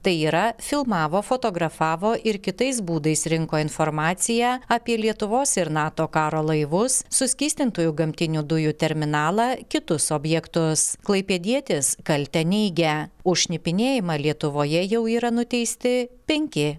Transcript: tai yra filmavo fotografavo ir kitais būdais rinko informaciją apie lietuvos ir nato karo laivus suskystintųjų gamtinių dujų terminalą kitus objektus klaipėdietis kaltę neigia už šnipinėjimą lietuvoje jau yra nuteisti penki